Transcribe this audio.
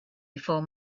before